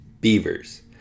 Beavers